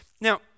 Now